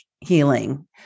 Healing